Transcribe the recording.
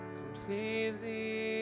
completely